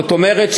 זאת אומרת,